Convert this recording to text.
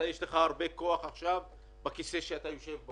ויש לך עכשיו הרבה כוח בכיסא שבו אתה יושב,